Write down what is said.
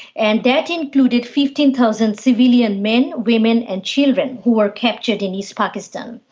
and that included fifteen thousand civilian men, women and children who were captured in east pakistan.